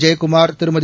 Jayakumar Thirumathi